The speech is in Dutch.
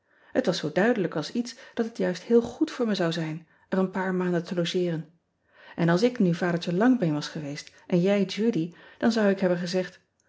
et was zoo duidelijk als iets dat het juist heel goed voor me zou zijn er een paar maanden te logeeren n als ik nu adertje angbeen was geweest en jij udy dan zou ik hebben gezegd